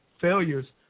failures